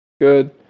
good